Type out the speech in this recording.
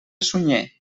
sunyer